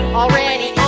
already